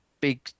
big